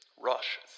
Rush